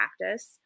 practice